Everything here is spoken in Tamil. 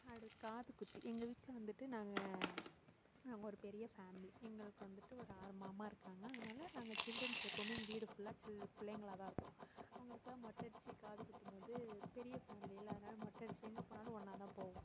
அடுத்து காது குத்து எங்கள் வீட்டில் வந்துட்டு நாங்கள் ஒரு பெரிய ஃபேமிலி எங்களுக்கு வந்துட்டு ஒரு ஆறு மாமா இருக்காங்க அதனால் நாங்கள் சில்ட்ரன்ஸ் எப்பவுமே எங்கள் வீடு ஃபுல்லாக சில் பிள்ளைங்களாக தான் இருப்போம் அவங்களுக்கெல்லாம் மொட்டை அடித்து காது குத்தும்போது பெரிய ஃபேமிலில்ல அதனால் மொட்டை அடித்து எங்கே போனாலும் ஒன்றா தான் போவோம்